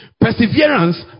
perseverance